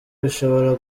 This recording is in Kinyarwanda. bishobora